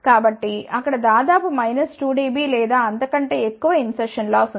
కాబట్టిఅక్కడ దాదాపు minus 2 dB లేదా అంతకంటే ఎక్కువ ఇంసెర్షన్ లాస్ ఉంది